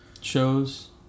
shows